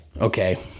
Okay